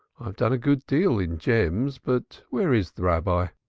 done a good deal in gems but where is the rabbi?